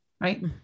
right